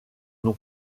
nom